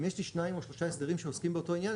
אם יש לי שניים או שלושה הסדרים שעוסקים באותו עניין,